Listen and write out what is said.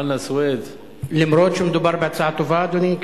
אף-על-פי שמדובר בהצעה טובה, אדוני?